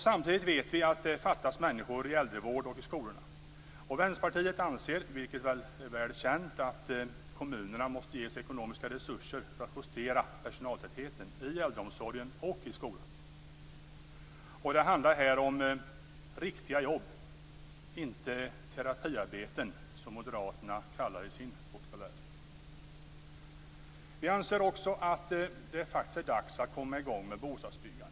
Samtidigt vet vi att det fattas människor i äldrevård och i skolorna. Vänsterpartiet anser, vilket är väl känt, att kommunerna måste ges ekonomiska resurser för att justera personaltätheten i äldreomsorgen och i skolan. Det handlar här om riktiga jobb, inte terapiarbeten som moderaterna kallar dem i sin vokabulär. Vi anser också att det faktiskt är dags att komma i gång med bostadsbyggandet.